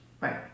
Right